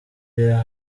yari